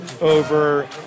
over